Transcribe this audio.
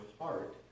heart